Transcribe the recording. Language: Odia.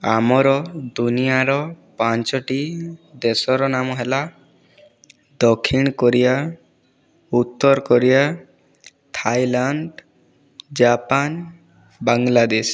ଆମର ଦୁନିଆଁର ପାଞ୍ଚୋଟି ଦେଶର ନାମ ହେଲା ଦକ୍ଷିଣକୋରିଆ ଉତ୍ତରକୋରିଆ ଥାଇଲ୍ୟାଣ୍ଡ ଜାପାନ ବାଂଲାଦେଶ